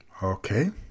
Okay